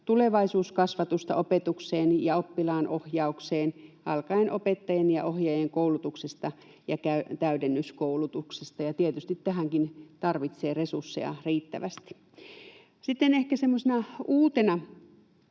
tulevaisuuskasvatusta opetukseen ja oppilaanohjaukseen alkaen opettajien ja ohjaajien koulutuksesta ja täydennyskoulutuksesta. Tietysti tähänkin tarvitsee riittävästi resursseja. Sitten